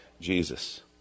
Jesus